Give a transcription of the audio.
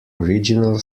original